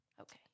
Okay